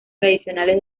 tradicionales